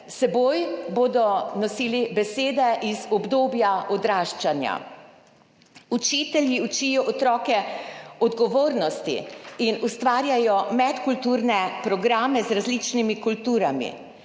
seboj bodo nosili besede iz obdobja odraščanja. Učitelji učijo otroke odgovornosti in ustvarjajo medkulturne programe z različnimi kulturami.